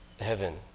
heaven